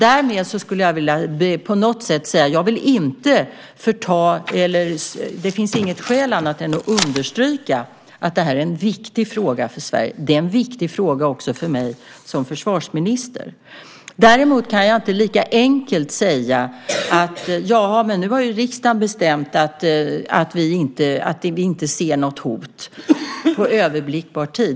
Därmed skulle jag vilja understryka att det här är en viktig fråga för Sverige. Det är en viktig fråga också för mig som försvarsminister. Däremot kan jag inte lika enkelt säga att nu har riksdagen bestämt att vi inte ser något hot på överblickbar tid.